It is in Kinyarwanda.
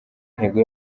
ntego